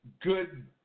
good